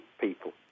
people